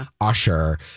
Usher